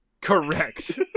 Correct